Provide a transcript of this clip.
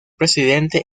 presidente